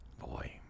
boy